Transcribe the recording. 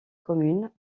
commune